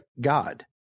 god